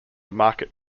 market